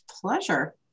pleasure